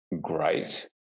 great